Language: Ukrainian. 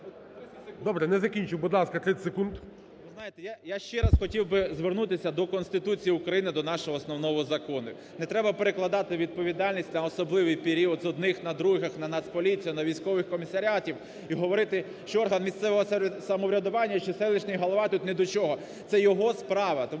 Добре, не закінчив, будь ласка, 30 секунд.